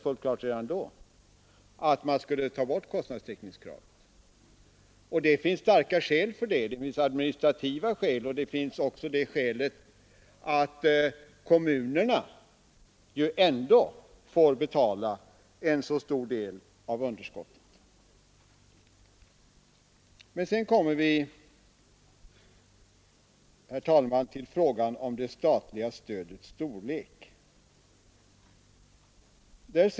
Det finns starka skäl att ta bort kostnadstäckningskravet. Det finns administrativa skäl, och man kan även ange det skälet att kommunerna ändå får betala en så stor del av underskottet. Vi kommer sedan, herr talman, till frågan om det statliga stödets storlek.